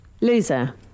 Loser